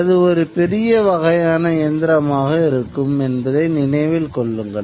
அது ஒரு பெரிய வகையான இயந்திரமாக இருக்கும் என்பதை நினைவில் கொள்ளுங்கள்